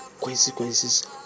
consequences